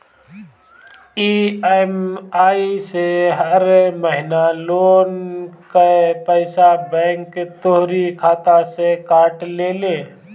EMI से हर महिना लोन कअ पईसा बैंक तोहरी खाता से काट लेले